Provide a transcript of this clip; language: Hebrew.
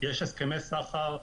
יש הסכמי סחר,